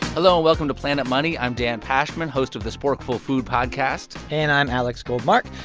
hello. welcome to planet money. i'm dan pashman, host of the sporkful food podcast and i'm alex goldmark.